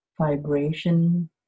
vibration